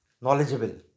knowledgeable